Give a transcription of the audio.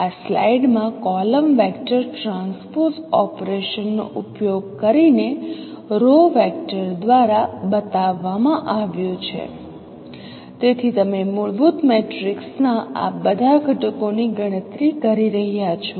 આ સ્લાઇડમાં column vector transpose ઓપરેશનનો ઉપયોગ કરીને રો વેક્ટર દ્વારા બતાવવામાં આવ્યું છે તેથી તમે મૂળભૂત મેટ્રિક્સના આ બધા ઘટકોની ગણતરી કરી રહ્યા છો